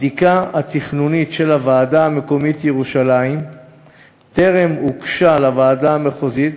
הבדיקה התכנונית של הוועדה המקומית ירושלים טרם הוגשה לוועדה המחוזית,